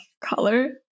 color